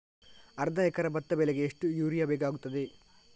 ಅರ್ಧ ಎಕರೆ ಭತ್ತ ಬೆಳೆಗೆ ಎಷ್ಟು ಯೂರಿಯಾ ಬೇಕಾಗುತ್ತದೆ?